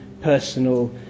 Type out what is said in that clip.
personal